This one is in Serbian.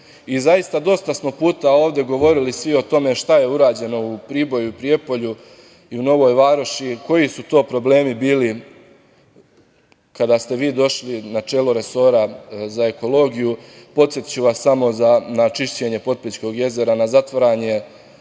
Zaista, dosta smo puta ovde govorili svi o tome šta je urađeno u Priboju i Prijepolju i u Novoj Varoši, koji su to problemi bili kada ste vi došli na čelo resora za ekologiju. Podsetiću vas samo na čišćenje Potpećkog jezera, na zatvaranje